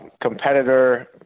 competitor